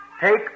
take